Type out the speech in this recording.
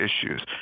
issues